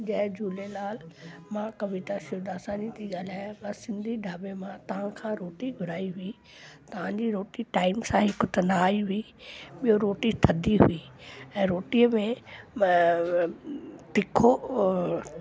जय झूलेलाल मां कविता शिवदासानी ती ॻाल्हायां मां सिंधी ढाबे मां तव्हांखां रोटी घुराई हुई तव्हांजी रोटी टाईम सां हिकु त न आई हुई ॿियो रोटी थदी हुई ऐं रोटीअ में तीखो ऐं